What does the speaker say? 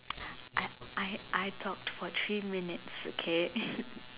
I I I talk for three minutes okay